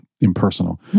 impersonal